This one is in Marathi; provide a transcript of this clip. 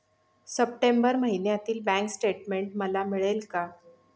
सप्टेंबर महिन्यातील बँक स्टेटमेन्ट मला मिळेल का?